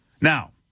Now